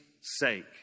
sake